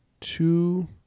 two